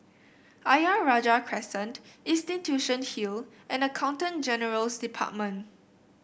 Ayer Rajah Crescent Institution Hill and Accountant General's Department